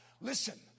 Listen